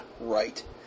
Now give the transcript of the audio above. Right